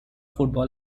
football